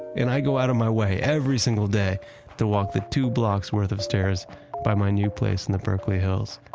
and i go out of my way every single day to walk the two blocks worth of stairs by my new place in the berkeley hills.